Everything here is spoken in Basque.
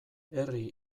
herri